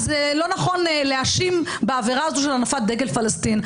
אז לא נכון להאשים בעבירה הזו של הנפת דגל פלסטין.